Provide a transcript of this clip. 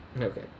Okay